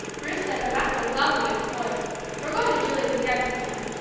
bruce said rebecca was lovely with the boys we're going to julie's again sometime.